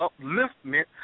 upliftment